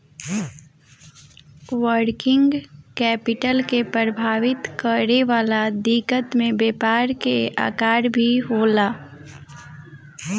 working capital के प्रभावित करे वाला दिकत में व्यापार के आकर भी होला